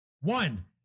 One